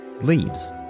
leaves